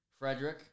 Frederick